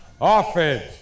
offense